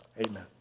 Amen